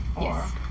Yes